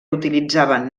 utilitzaven